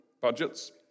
budgets